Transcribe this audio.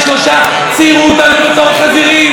שלושה ציירו אותנו בתור חזירים,